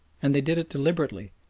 and they did it deliberately,